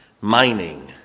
mining